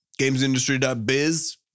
Gamesindustry.biz